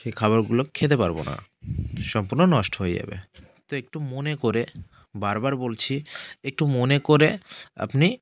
সেই খাবারগুলো খেতে পারবো না সম্পূর্ণ নষ্ট হয়ে যাবে তো একটু মনে করে বারবার বলছি একটু মনে করে আপনি